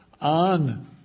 on